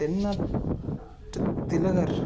தென்னாட்டு திலகர்